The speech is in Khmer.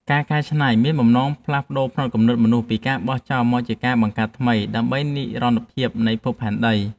ការកែច្នៃមានបំណងផ្លាស់ប្តូរផ្នត់គំនិតមនុស្សពីការ បោះចោល មកជាការ បង្កើតថ្មី ដើម្បីនិរន្តរភាពនៃភពផែនដី។